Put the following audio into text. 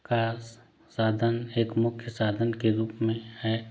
का साधन एक मुख्य साधन के रूप में है